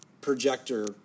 projector